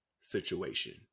situation